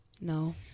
No